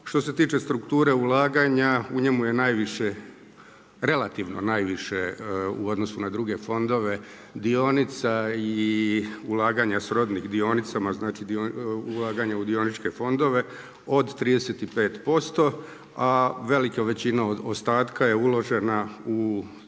Što se tiče strukture ulaganja u njemu je najviše, relativno najviše u odnosu na druge fondove, dionica i ulaganja srodnih dionicama, znači ulaganje u dioničke fondove od 35% a velika većina od ostatka je uložena u prije